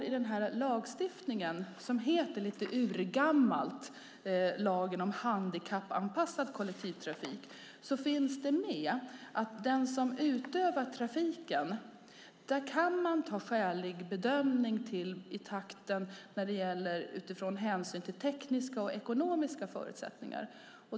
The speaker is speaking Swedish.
I lagen, som lite urgammalt heter lagen om handikappanpassad kollektivtrafik, finns det med att den som utövar trafiken får göra en skälig bedömning av vilken takt som är rimlig med hänsyn till tekniska och ekonomiska förutsättningar.